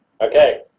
Okay